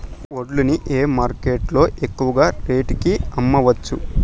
వడ్లు ని ఏ మార్కెట్ లో ఎక్కువగా రేటు కి అమ్మవచ్చు?